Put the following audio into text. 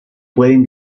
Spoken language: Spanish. pueden